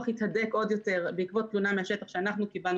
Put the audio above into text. התהדק עוד יותר בעקבות תלונה מן השטח שאנחנו קיבלנו